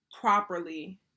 properly